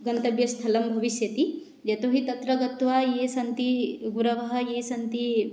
गन्तव्यस्थलं भविष्यति यतोऽहि तत्र गत्वा ये सन्ति गुरवः ये सन्ति